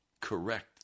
correct